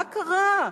מה קרה?